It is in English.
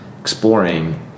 exploring